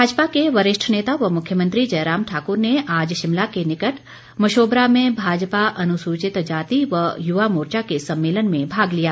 भाजपा के वरिष्ठ नेता व मुख्यमंत्री जयराम ठाक्र ने आज शिमला के निकट मशोबरा में भाजपा अनुसूचित जाति व युवा मोर्चा के सम्मेलन में भाग लिया